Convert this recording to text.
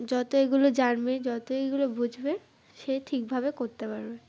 যত এগুলো জানবে যত এগুলো বুঝবে সে ঠিকভাবে করতে পারবে